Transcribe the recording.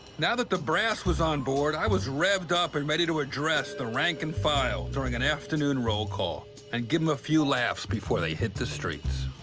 now that the brass was on board, i was revved up and ready to address the rank and file during an afternoon roll call and give em a few laughs before they hit the streets.